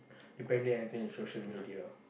depending anything in social media